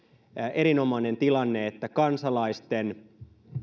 erinomainen tilanne että kansalaisten